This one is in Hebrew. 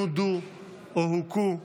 נודו או הוכו,